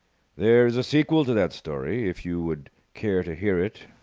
there is a sequel to that story, if you would care to hear it,